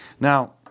Now